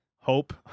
hope